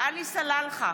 עלי סלאלחה,